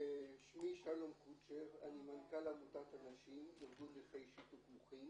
אני מנכ"ל עמותת אנשים, ארגון נכי שיתוק מוחין